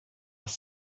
noch